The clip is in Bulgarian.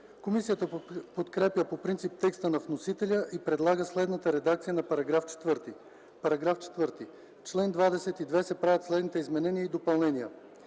Комисията подкрепя по принцип текста на вносителя и предлага следната редакция на § 4: „§ 4. В чл. 22 се правят следните изменения и допълнения: